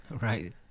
right